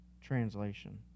translation